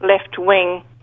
left-wing